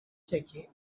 ticket